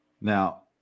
Now